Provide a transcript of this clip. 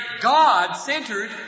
God-centered